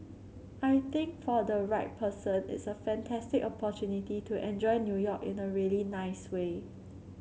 I think for the right person it's a fantastic opportunity to enjoy New York in a really nice way